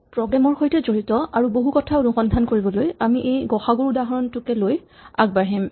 প্ৰগ্ৰেমৰ সৈতে জড়িত আৰু বহু কথা অনুসন্ধান কৰিবলৈ আমি এই গ সা উ ৰ উদাহৰণটো লৈয়ে আগবাঢ়িম